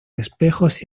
espejos